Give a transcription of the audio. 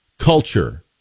Culture